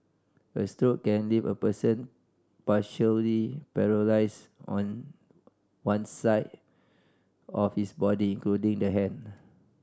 a stroke can leave a person partially paralysed on one side of his body including the hand